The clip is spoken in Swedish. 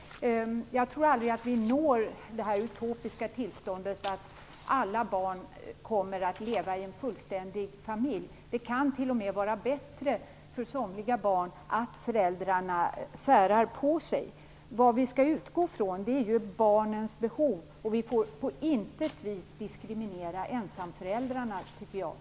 Jag tror aldrig vi når det utopiska tillståndet att alla barn lever i en fullständig familj. Det kan t.o.m. vara bättre för somliga barn att föräldrarna särar på sig. Vi skall utgå från barnens behov, och vi får på intet vis diskriminera ensamföräldrarna, tycker jag.